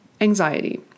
Anxiety